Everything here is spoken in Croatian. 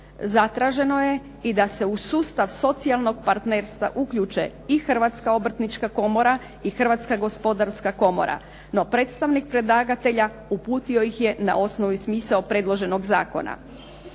Zatraženo je i da se u sustav socijalnog partnerstva uključe i Hrvatska obrtnička komora i Hrvatska gospodarska komora, no predstavnik predlagatelja uputio ih je na osnovni smisao predloženog zakona.